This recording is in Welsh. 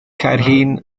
caerhun